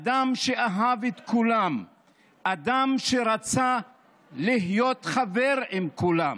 אדם שאהב את כולם, אדם שרצה להיות חבר של כולם.